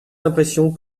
l’impression